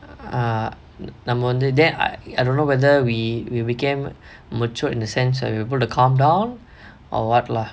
ah நம்ம வந்து:namma vanthu then I I don't know whether we we became matured in a sense or able to calm down or what lah